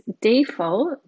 default